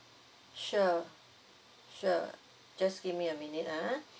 sure sure just give me a minute ah